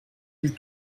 des